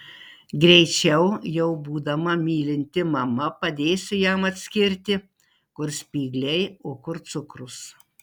greičiau jau būdama mylinti mama padėsiu jam atskirti kur spygliai o kur cukrus